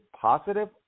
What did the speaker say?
positive